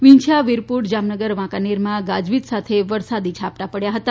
વિંછીયા વિરપુર જામનગર વાંકાનેરમાં ગાજવીજ સાથે વરસાદી ઝાપટા પડયા હતા